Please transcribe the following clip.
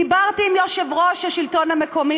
דיברתי עם יושב-ראש מרכז השלטון המקומי